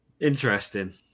Interesting